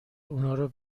اونارو